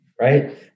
right